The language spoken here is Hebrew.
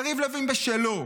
יריב לוין בשלו,